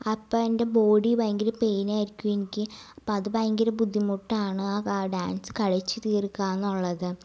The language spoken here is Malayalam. അപ്പോൾ എൻ്റെ ബോഡി ഭയങ്കര പെയ്നായിരിക്കും എനിക്ക് അപ്പം അത് ഭയങ്കര ബുദ്ധിമുട്ടാണ് ആ ഡാൻസ് കളിച്ച് തീർക്കുക എന്നുള്ളത്